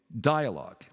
dialogue